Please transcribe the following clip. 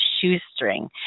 Shoestring